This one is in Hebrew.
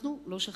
אנחנו לא שכחנו.